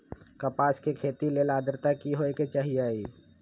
कपास के खेती के लेल अद्रता की होए के चहिऐई?